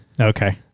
Okay